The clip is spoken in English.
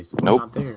Nope